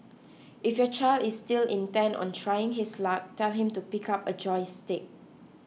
if your child is still intent on trying his luck tell him to pick up a joystick